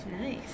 nice